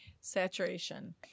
Saturation